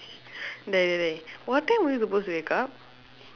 dey dey dey what time were you supposed to wake up